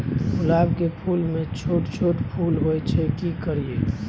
गुलाब के फूल में छोट छोट फूल होय छै की करियै?